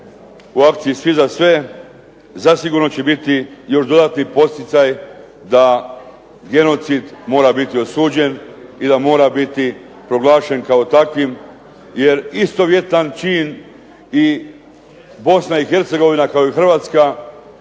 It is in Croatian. u akciji "Svi za sve" zasigurno će biti još dodatni poticaj da genocid mora biti osuđen i da mora biti proglašen kao takvim, jer istovjetan čin kao i Bosni i Hercegovina kao i Hrvatska